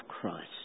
Christ